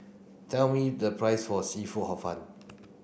tell me the price for seafood hor fun